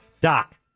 Doc